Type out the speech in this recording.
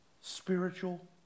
spiritual